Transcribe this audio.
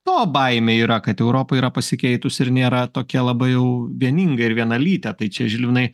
to baimė yra kad europa yra pasikeitusi ir nėra tokia labai jau vieninga ir vienalytė tai čia žilvinai